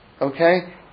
okay